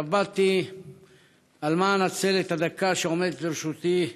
התלבטתי למה אנצל את הדקה שעומדת לרשותי.